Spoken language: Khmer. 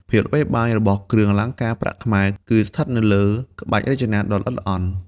ភាពល្បីល្បាញរបស់គ្រឿងអលង្ការប្រាក់ខ្មែរ គឺស្ថិតនៅលើ ក្បាច់រចនា ដ៏ល្អិតល្អន់។